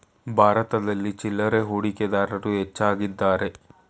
ಭಾರತದಲ್ಲಿ ಚಿಲ್ಲರೆ ಹೂಡಿಕೆದಾರರು ಹೆಚ್ಚಾಗಿದ್ದಾರೆ